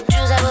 Juice